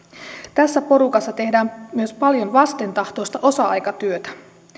tässä porukassa tehdään myös paljon vastentahtoista osa aikatyötä